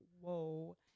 Whoa